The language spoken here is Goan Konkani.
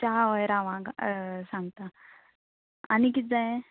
हय राव आं सांगता आनी किद जाये